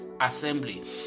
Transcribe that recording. assembly